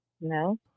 No